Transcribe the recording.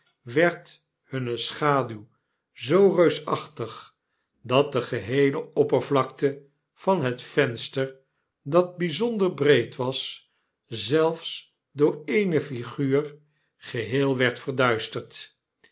werd hunne schaduw zoo reusachtig dat de geheele oppervlakte van het venster dat bponder breed was zelfs door eene figuur geheel werd verduisterd